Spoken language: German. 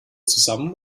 zusammen